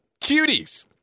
Cuties